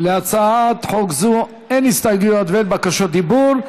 להצעת חוק זו אין הסתייגויות ובקשות דיבור.